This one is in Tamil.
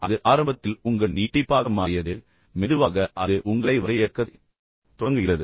எனவே அது ஆரம்பத்தில் உங்கள் நீட்டிப்பாக மாறியது ஆனால் மெதுவாக அது உங்களை வரையறுக்கத் தொடங்குகிறது